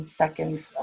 seconds